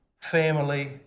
family